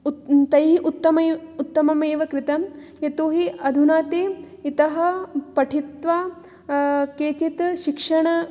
उत् तैः उत्तमैः उत्तममेव कृतं यतो हि अधुना ते इतः पठित्वा केचित् शिक्षण